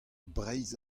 breizh